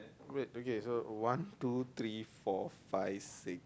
wait okay so one two three four five six